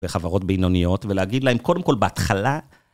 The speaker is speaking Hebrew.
בחברות בינוניות, ולהגיד להם, קודם כל בהתחלה...